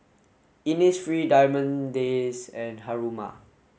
Innisfree Diamond Days and Haruma